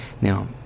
Now